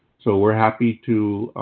so we're happy to